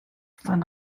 fan